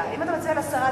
אם אתה מצביע על הסרה,